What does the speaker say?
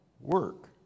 Work